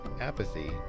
apathy